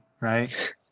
right